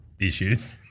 issues